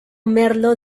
merlo